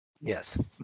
Yes